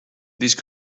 these